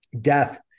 death